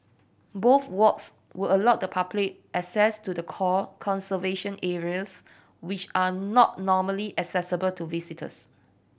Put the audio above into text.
both walks will allow the public access to the core conservation areas which are not normally accessible to visitors